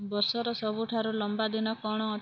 ବର୍ଷର ସବୁଠାରୁ ଲମ୍ବା ଦିନ କ'ଣ